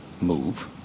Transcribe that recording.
move